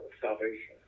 salvation